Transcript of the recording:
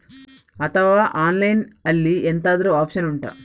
ಅಥವಾ ಆನ್ಲೈನ್ ಅಲ್ಲಿ ಎಂತಾದ್ರೂ ಒಪ್ಶನ್ ಉಂಟಾ